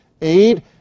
aid